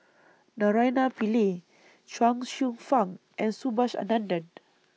Naraina Pillai Chuang Hsueh Fang and Subhas Anandan